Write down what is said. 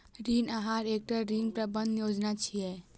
ऋण आहार एकटा ऋण प्रबंधन योजना छियै